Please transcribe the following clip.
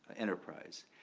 enterprise.